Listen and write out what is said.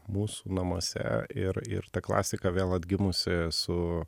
mūsų namuose ir ir ta klasika vėl atgimusi su